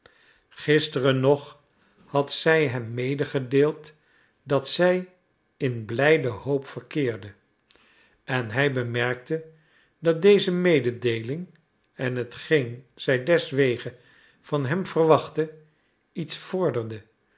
gisteren nog had zij hem medegedeeld dat zij in blijde hoop verkeerde en hij bemerkte dat deze mededeeling en hetgeen zij deswege van hem verwachtte iets vorderde